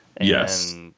Yes